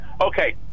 Okay